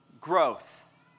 growth